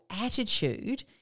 attitude